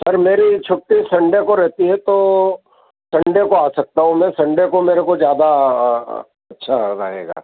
sir मेरी छुट्टी Sunday को रहती है तो संडे को आ सकता हूँ मैं संडे को मेरे को ज़्यादा अच्छा रहेगा